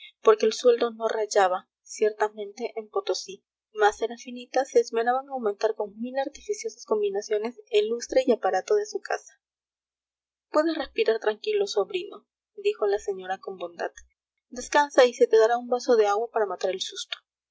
porque el sueldo no rayaba ciertamente en potosí mas serafinita se esmeraba en aumentar con mil artificiosas combinaciones el lustre y aparato de su casa puedes respirar tranquilo sobrino dijo la señora con bondad descansa y se te dará un vaso de agua para matar el susto